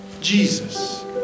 Jesus